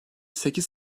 sekiz